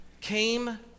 came